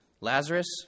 Lazarus